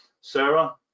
sarah